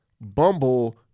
Bumble